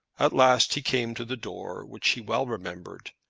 at last he came to the door which he well remembered,